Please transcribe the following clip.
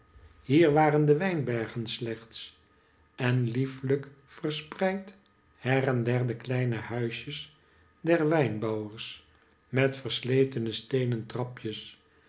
hier waren de wijnbergen slechts en lieflijk verspreid her en der de kleine huisjes der wijnbouwers met versletene steenen trapjes